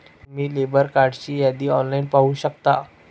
तुम्ही लेबर कार्डची यादी ऑनलाइन पाहू शकता